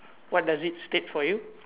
what does it state for you